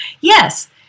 Yes